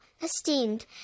esteemed